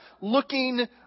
looking